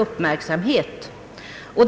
uppmärksamhet.